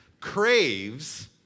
craves